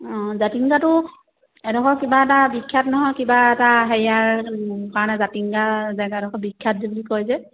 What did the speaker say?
অঁ জাতিংগাটো এডোখৰ কিবা এটা বিখ্যাত নহয় কিবা এটা হেৰিয়াৰ কাৰণে জাতিংগা জেগাডোখৰ বিখ্যাত যে বুলি কয় যে